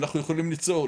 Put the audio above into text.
אנחנו יכולים ליצור,